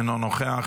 אינו נוכח,